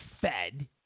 fed